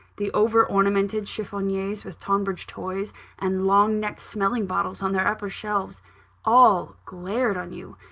the over-ornamented chiffoniers with tonbridge toys and long-necked smelling bottles on their upper shelves all glared on you.